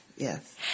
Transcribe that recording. Yes